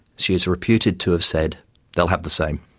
she is reputed to have said they'll have the same.